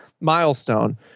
Milestone